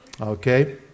Okay